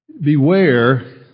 Beware